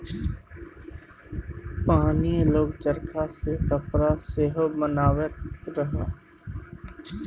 पहिने लोक चरखा सँ कपड़ा सेहो बनाबैत रहय